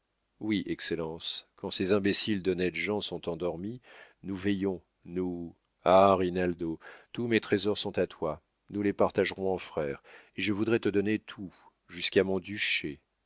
oui excellence quand ces imbéciles d'honnêtes gens sont endormis nous veillons nous ah rinaldo tous mes trésors sont à toi nous les partagerons en frères et je voudrais te donner tout jusqu'à mon duché